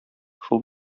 шул